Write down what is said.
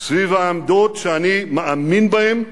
סביב העמדות שאני מאמין בהן,